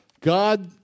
God